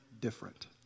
different